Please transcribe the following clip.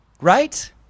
right